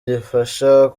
gifasha